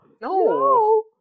No